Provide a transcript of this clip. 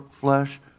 flesh